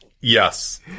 Yes